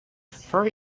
far